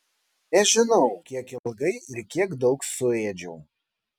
nežinau kiek ilgai ir kiek daug suėdžiau